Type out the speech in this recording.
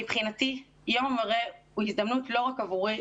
מבחינתי יום המורה הוא הזדמנות לא רק עבורי,